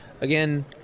Again